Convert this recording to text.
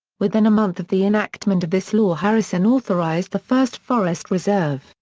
within a month of the enactment of this law harrison authorized the first forest reserve,